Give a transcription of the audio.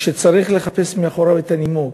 שצריך לחפש מאחוריו את הנימוק,